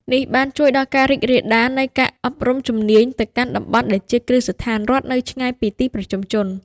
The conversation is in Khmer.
នេះបានជួយដល់ការរីករាលដាលនៃការអប់រំជំនាញទៅកាន់តំបន់ដែលជាគ្រឹះស្ថានរដ្ឋនៅឆ្ងាយពីទីប្រជុំជន។